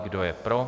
Kdo je pro?